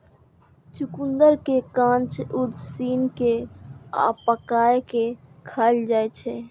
चुकंदर कें कांच, उसिन कें आ पकाय कें खाएल जाइ छै